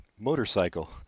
motorcycle